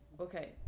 Okay